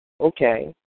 Okay